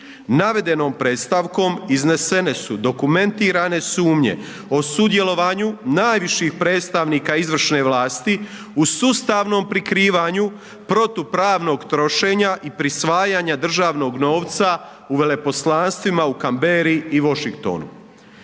navedenom predstavkom iznesene su dokumentirane sumnje o sudjelovanju najviših predstavnika izvršne vlasti u sustavnom prikrivanju protupravnog trošenja i prisvajanja državnog novca u veleposlanstvima u Canberri i Washingtonu.